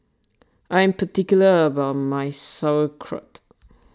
I am particular about my Sauerkraut